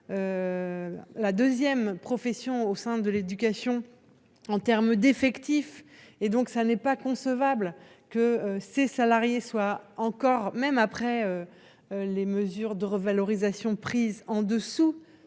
La 2ème profession au sein de l'éducation. En terme d'effectifs et donc, ça n'est pas concevable que ses salariés soient encore même après. Les mesures de revalorisation prise en dessous